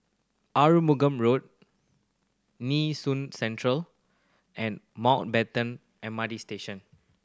Arumugam Road Nee Soon Central and Mountbatten M R T Station